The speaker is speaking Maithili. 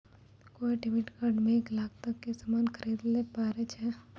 कोय डेबिट कार्ड से एक लाख तक के सामान खरीदैल पारै छो